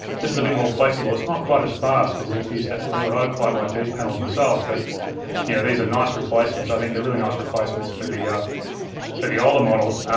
this is a bit more flexible, it's not quite as fast cause there's a few steps to do it. i quite like these panels myself but yeah these are nice replacements. i think they're really nice replacements for the ah for the older models.